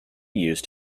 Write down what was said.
used